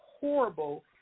horrible